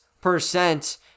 percent